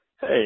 Hey